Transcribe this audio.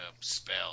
spell